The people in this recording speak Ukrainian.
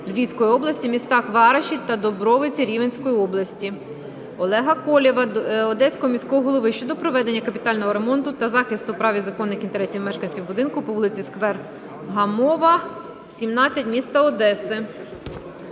Львівської області, містах Вараші та Дубровиці Рівненської області. Олега Колєва до Одеського міського голови щодо проведення капітального ремонту та захисту прав і законних інтересів мешканців будинку по вул. Сквер Гамова, 17, м. Одеси.